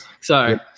sorry